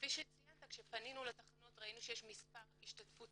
כפי שציינת כשפנינו לתחנות ראינו שיש שיעור השתתפות